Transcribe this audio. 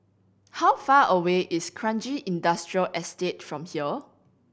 how far away is Kranji Industrial Estate from here